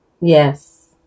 Yes